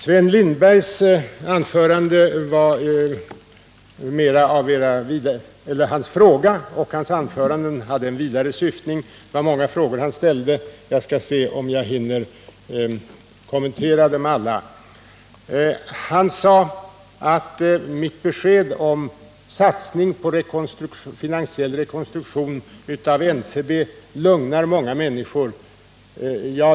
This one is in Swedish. Sven Lindbergs anförande hade en vidare syftning. Det var så många frågor han ställde att jag inte vet om jag nu hinner kommentera dem alla. Han sade att mitt besked om satsning på en finansiell rekonstruktion av NCB lugnar många människor.